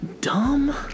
dumb